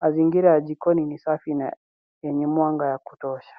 Mazingira ya jikoni ni safi na yenye mwanga wa kutosha.